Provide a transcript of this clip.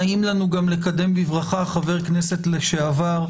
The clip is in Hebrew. נעים לנו גם לקדם בברכה חבר כנסת לשעבר,